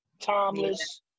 Timeless